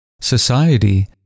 Society